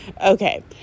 Okay